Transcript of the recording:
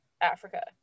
Africa